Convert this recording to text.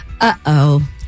uh-oh